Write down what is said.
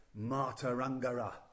Matarangara